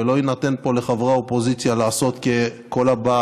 ולא יינתן פה לחברי האופוזיציה לעשות ככל הבא